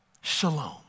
shalom